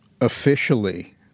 officially